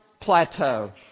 plateau